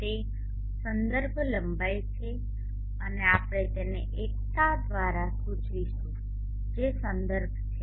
તે સંદર્ભ લંબાઈ છે અને આપણે તેને એકતા દ્વારા સૂચવીશું જે સંદર્ભ છે